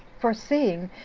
foreseeing,